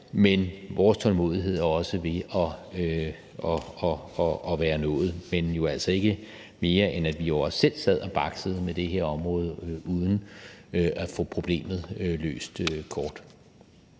men vores tålmodighed er også ved at være opbrugt – men jo altså ikke mere, end at vi også selv sad og baksede med det her område uden at få problemet løst.